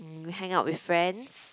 mm we hang out with friends